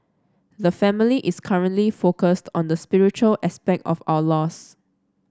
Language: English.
the family is currently focused on the spiritual aspect of our loss